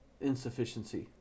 insufficiency